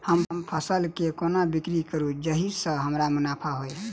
हम फसल केँ कोना बिक्री करू जाहि सँ हमरा मुनाफा होइ?